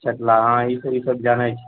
चकला हँ ईसभ ईसभ जानैत छियै